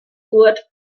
nord